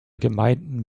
gemeinden